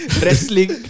wrestling